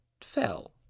fell